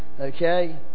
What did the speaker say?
Okay